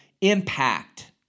impact